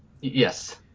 Yes